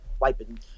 wiping